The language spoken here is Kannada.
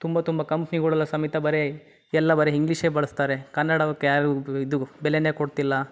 ತುಂಬ ತುಂಬ ಕಂಪ್ನಿಗಳೆಲ್ಲ ಸಮೇತ ಬರೀ ಎಲ್ಲ ಬರೀ ಹಿಂಗ್ಲೀಷೇ ಬಳಸ್ತಾರೆ ಕನ್ನಡಕ್ಕೆ ಯಾವ ಇದು ಬೆಲೆನೇ ಕೊಡ್ತಿಲ್ಲ